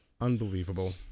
Unbelievable